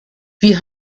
wie